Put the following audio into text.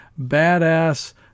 badass